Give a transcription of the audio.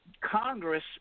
Congress